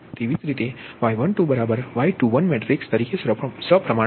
તેવી જ રીતે Y12Y21 મેટ્રિક્સ તરીકે સપ્રમાણ છે